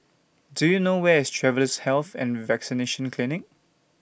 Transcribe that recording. Do YOU know Where IS Travellers' Health and Vaccination Clinic